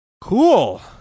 cool